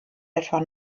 etwa